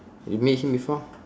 you meet him before